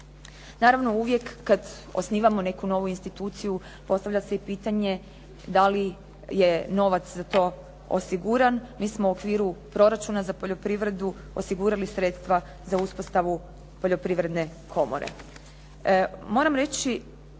Naravno uvijek kada osnivamo neku novu instituciju postavlja se i pitanje da li je novac za to osiguran, mi smo u okviru proračuna za poljoprivredu osigurali sredstva za uspostavu poljoprivredne komore. Moram reći